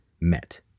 met